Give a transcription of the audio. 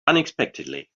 unexpectedly